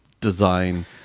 design